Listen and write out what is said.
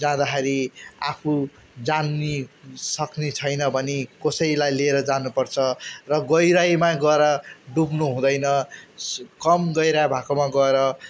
जाँदाखेरि आफू जान्ने सक्ने छैन भने कसैलाई लिएर जानुपर्छ र गहिराइमा गएर डुब्नु हुँदैन कम गहिरो भएकोमा गएर